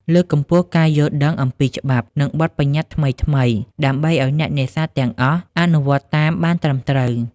លើកកម្ពស់ការយល់ដឹងអំពីច្បាប់ និងបទប្បញ្ញត្តិថ្មីៗ ដើម្បីឲ្យអ្នកនេសាទទាំងអស់អនុវត្តតាមបានត្រឹមត្រូវ។